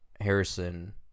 Harrison